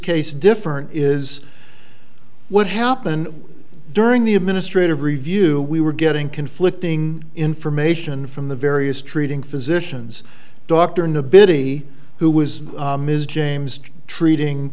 case different is what happened during the administrative review we were getting conflicting information from the various treating physicians doctor nobody who was ms james treating